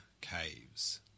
caves